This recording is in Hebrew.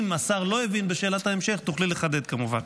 אם השר לא הבין, בשאלת ההמשך תוכלי לחדד, כמובן.